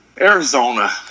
Arizona